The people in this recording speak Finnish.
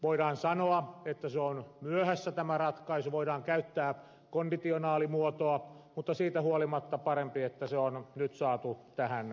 voidaan sanoa että tämä ratkaisu on myöhässä voidaan käyttää konditionaalimuotoa mutta siitä huolimatta parempi että se on nyt saatu tähän lisätalousarvioon